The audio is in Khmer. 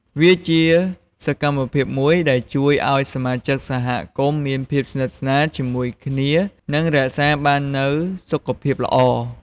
វាជាសកម្មភាពមួយដែលជួយឲ្យសមាជិកសហគមន៍មានភាពស្និទ្ធស្នាលជាមួយគ្នា និងរក្សាបាននូវសុខភាពល្អ។